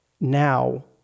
now